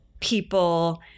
people –